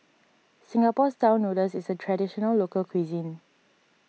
Singapore Style Noodles is a Traditional Local Cuisine